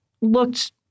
looked